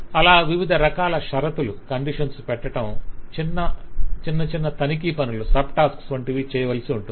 అలా వివిధ రకాల షరతులు పెట్టటం చిన్న తనిఖీ పనులు వంటివి చేయవలసి ఉంటుంది